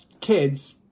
kids